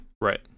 Right